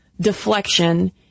deflection